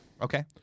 Okay